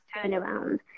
turnaround